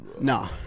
Nah